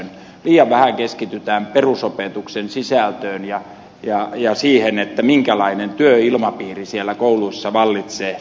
liian vähän keskitytään perusopetuksen sisältöön ja siihen minkälainen työilmapiiri siellä kouluissa vallitsee